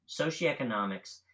socioeconomics